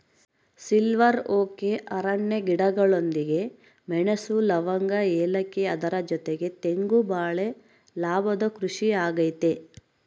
silver oak ಅರಣ್ಯ ಗಿಡಗಳೊಂದಿಗೆ ಮೆಣಸು, ಲವಂಗ, ಏಲಕ್ಕಿ ಅದರ ಜೊತೆಗೆ ತೆಂಗು ಬಾಳೆ ಲಾಭದ ಕೃಷಿ ಆಗೈತೆ